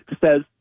says